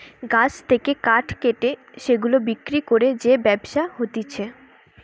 গাছ থেকে কাঠ কেটে সেগুলা বিক্রি করে যে ব্যবসা হতিছে